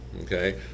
Okay